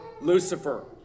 Lucifer